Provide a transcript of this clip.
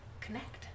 connect